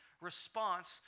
Response